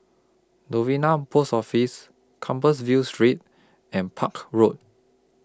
Novena Post Office Compassvale Street and Park Road